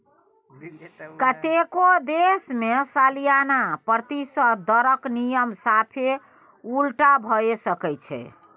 कतेको देश मे सलियाना प्रतिशत दरक नियम साफे उलटा भए सकै छै